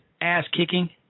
ass-kicking